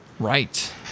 Right